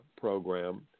program